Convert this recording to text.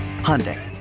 Hyundai